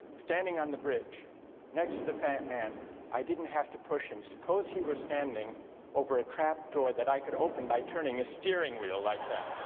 standing on the bridge next to the fat man i didn't have to push him, suppose he was standing over a trap door that i could open by turning a steering wheel like that